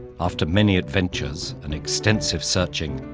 after many adventures and extensive searching,